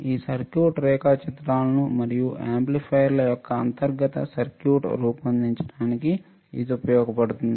ఈ సర్క్యూట్ రేఖాచిత్రాలను మరియు యాంప్లిఫైయర్ల యొక్క అంతర్గత సర్క్యూట్ రూపొందించడానికి ఇది ఉపయోగించబడుతుంది